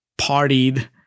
partied